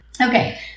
Okay